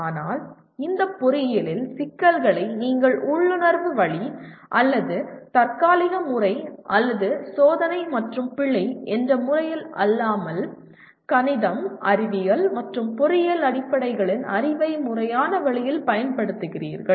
ஆனால் இந்த பொறியியல் சிக்கல்களை நீங்கள் உள்ளுணர்வு வழி அல்லது தற்காலிக முறை அல்லது சோதனை மற்றும் பிழை என்ற முறையில் அல்லாமல் கணிதம் அறிவியல் மற்றும் பொறியியல் அடிப்படைகளின் அறிவை முறையான வழியில் பயன்படுத்துகிறீர்கள்